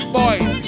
boys